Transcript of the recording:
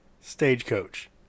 stagecoach